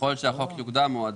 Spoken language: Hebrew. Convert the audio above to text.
ככל שהחוק יוקדם, הוא עדיף.